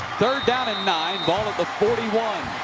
third down and nine. ball at the forty one.